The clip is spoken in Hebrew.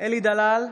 אלי דלל,